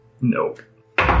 Nope